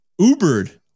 Ubered